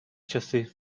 часы